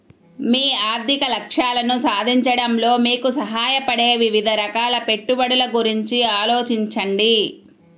మీ ఆర్థిక లక్ష్యాలను సాధించడంలో మీకు సహాయపడే వివిధ రకాల పెట్టుబడుల గురించి ఆలోచించండి